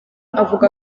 avuga